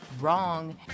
Wrong